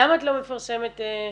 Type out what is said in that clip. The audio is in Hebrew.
למה את לא מפרסמת במכרז?